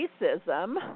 racism